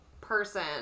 person